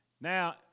Now